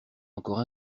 encore